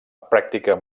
pràctica